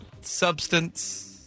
substance